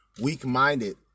weak-minded